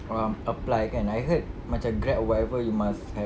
um apply kan I heard macam Grab whatever you must have